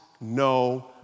no